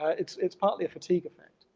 it's it's partly a fatigue effect.